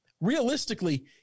realistically